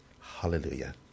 Hallelujah